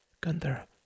Gunther